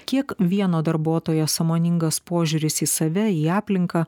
kiek vieno darbuotojo sąmoningas požiūris į save į aplinką